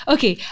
Okay